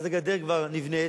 אז הגדר כבר נבנית,